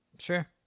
sure